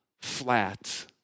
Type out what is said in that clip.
flat